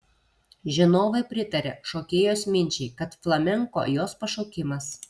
žinovai pritaria šokėjos minčiai kad flamenko jos pašaukimas